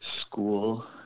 school